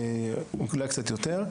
אולי קצת יותר,